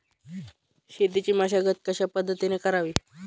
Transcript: शेतीची मशागत कशापद्धतीने करावी?